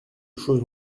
choses